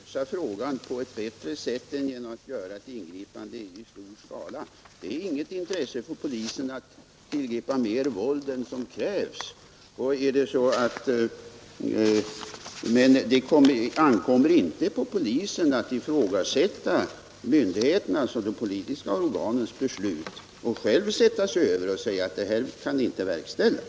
Herr talman! Jag är övertygad om att polisen gärna skulle se att man kunde lösa frågan på ett bättre sätt än genom att göra ett ingripande i stor skala. Det är inte något intresse från polisens sida att tillgripa mer våld än som krävs. Men det ankommer inte på polisen att ifrågasätta myndigheternas och de politiska organens beslut och sätta sig över dem och säga att detta kan inte verkställas.